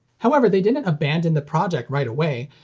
however, they didn't abandon the project right away.